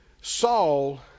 Saul